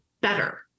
better